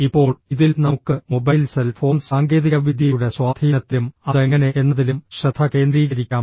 ഇപ്പോൾ ഇതിൽ നമുക്ക് മൊബൈൽ സെൽ ഫോൺ സാങ്കേതികവിദ്യയുടെ സ്വാധീനത്തിലും അത് എങ്ങനെ എന്നതിലും ശ്രദ്ധ കേന്ദ്രീകരിക്കാം